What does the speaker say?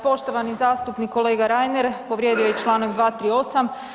Poštovani zastupnik kolega Reiner povrijedio je članak 238.